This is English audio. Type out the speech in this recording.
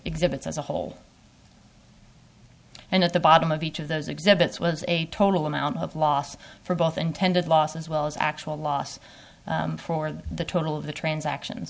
exhibits as a whole and at the bottom of each of those exhibits was a total amount of loss for both intended loss as well as actual loss for the total of the transactions